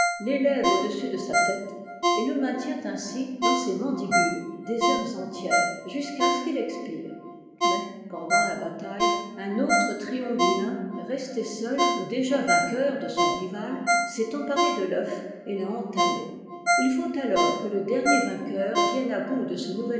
télève au-dessus de sa tète et le maintient ainsi dans ses mandibules des heures entières jusqu'à ce qu'il expire mais pendant la bataille un autre triongulin resté seul ou déjà vainqueur de son rival s'est emparé de l'œuf et ta entamé il faut alors que le dernier vainqueur vienne à bout de ce